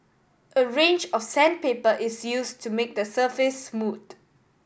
a range of sandpaper is used to make the surface smooth